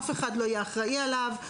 אף אחד לא יהיה אחראי עליו.